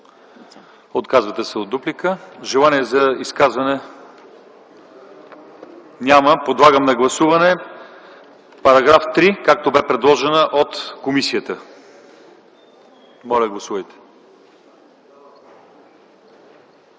Отказвате се от дуплика. Желание за изказване? Няма. Подлагам на гласуване § 3, както беше предложен от комисията. Гласували